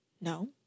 no